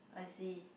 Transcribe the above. I see